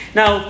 now